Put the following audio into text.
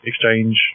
Exchange